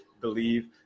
believe